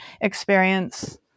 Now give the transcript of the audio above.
experience